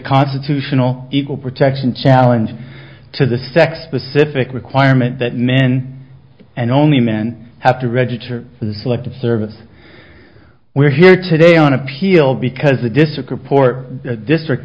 constitutional equal protection challenge to the sex specific requirement that men and only men have to register for the selective service we're here today on appeal because the district report district